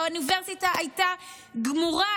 האוניברסיטה הייתה גמורה,